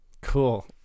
cool